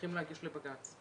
צריכים להגיש לבג"ץ.